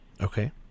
Okay